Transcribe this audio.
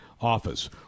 Office